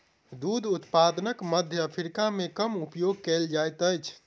दूध उत्पादनक मध्य अफ्रीका मे कम उपयोग कयल जाइत अछि